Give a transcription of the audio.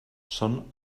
són